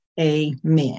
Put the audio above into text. amen